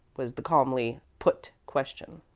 was the calmly put question.